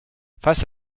face